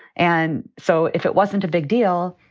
and so if it wasn't a big deal,